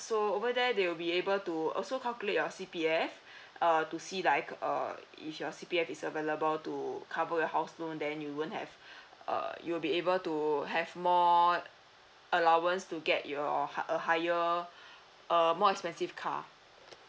so over there they will be able to also calculate your C_P_F uh to see like err if your C_P_F is available to cover your house loan then you won't have err you'll be able to have more allowance to get your hi~ a higher a more expensive car